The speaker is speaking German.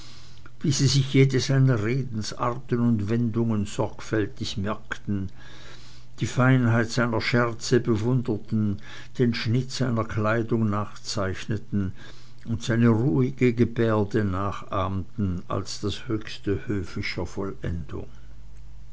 wie sie sich jede seiner redensarten und wendungen sorgfältig merkten die feinheit seiner scherze bewunderten den schnitt seiner kleidung nachzeichneten und seine ruhige gebärde nachahmten als das höchste höfischer vollendung